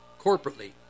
corporately